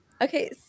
Okay